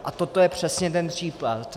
A toto je přesně ten případ.